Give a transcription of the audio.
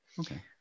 Okay